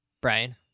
Brian